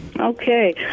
Okay